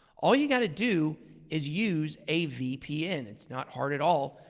all you've got to do is use a vpn. it's not hard at all.